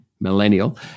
millennial